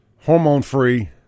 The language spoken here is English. hormone-free